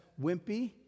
wimpy